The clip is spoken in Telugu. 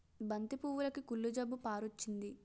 బంతి పువ్వులుకి కుళ్ళు జబ్బు పారొచ్చింది